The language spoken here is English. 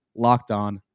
LOCKEDON